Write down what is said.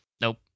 Nope